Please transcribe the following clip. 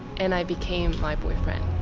and i became my boyfriend.